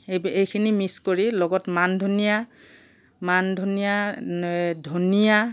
এইখিনি মিক্স কৰি লগত মানধনিয়া মানধনিয়া ধনিয়া